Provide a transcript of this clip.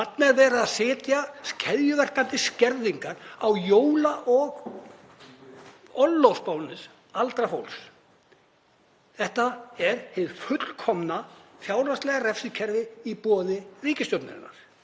Þarna er verið að setja keðjuverkandi skerðingar á jóla- og orlofsbónus aldraðs fólks. Þetta er hið fullkomna fjárhagslega refsikerfi í boði ríkisstjórnarinnar.